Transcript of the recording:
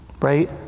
Right